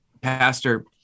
pastor